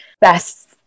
best